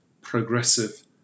progressive